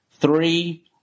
Three